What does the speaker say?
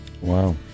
Wow